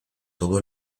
todo